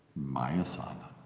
my asana,